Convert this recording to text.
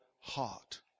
heart